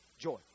joy